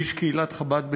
איש קהילת חב"ד בתל-אביב,